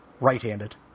right-handed